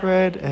Red